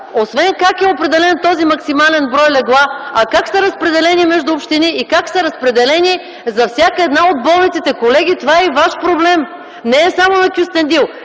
как е определен този максимален брой легла, как са разпределени между общини и как са разпределени за всяка една от болниците. Колеги, това е и ваш проблем, не е само на Кюстендил.